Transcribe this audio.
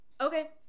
okay